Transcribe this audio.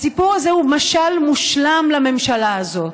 הסיפור הזה הוא משל מושלם לממשלה הזאת.